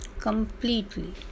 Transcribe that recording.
completely